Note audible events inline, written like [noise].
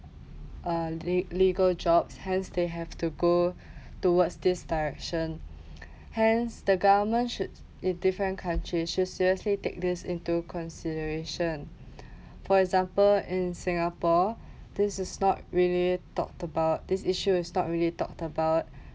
uh le~ legal job hence they have to go [breath] towards this direction [breath] hence the government should in different countries should seriously take this into consideration [breath] for example in singapore this is not really talk about this issue is not really talk about